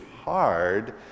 hard